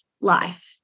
life